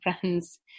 friends